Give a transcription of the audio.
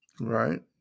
Right